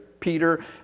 Peter